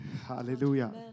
Hallelujah